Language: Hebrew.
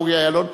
בוגי יעלון,